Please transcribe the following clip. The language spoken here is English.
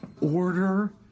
Order